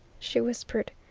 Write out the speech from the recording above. she whispered.